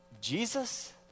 Jesus